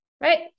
right